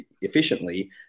efficiently